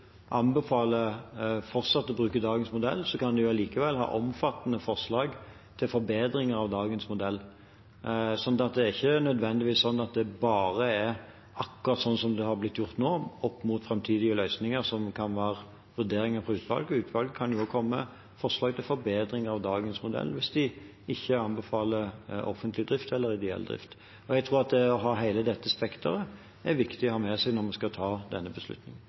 fortsatt å bruke dagens modell, kan de allikevel ha omfattende forslag til forbedring av dagens modell, så det er ikke nødvendigvis slik at det bare er akkurat måten det har blitt gjort på nå, opp mot framtidige løsninger, som kan være vurderingene fra utvalget. Utvalget kan også komme med forslag til forbedringer av dagens modell hvis de ikke anbefaler offentlig drift eller ideell drift. Jeg tror at det å ha med seg hele dette spekteret er viktig når vi skal ta denne beslutningen.